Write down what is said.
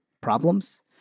problems